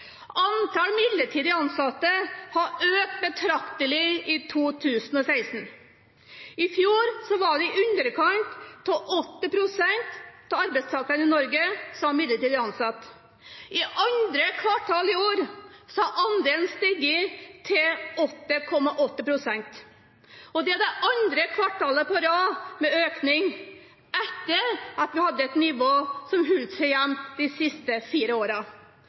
Antall midlertidig ansatte har økt betraktelig i 2016. I fjor var i underkant 8 pst. av arbeidstakerne i Norge midlertidig ansatt. I andre kvartal i år hadde andelen steget til 8,8 pst. Det er det andre kvartalet på rad med økning, etter at nivået holdt seg jevnt de siste fire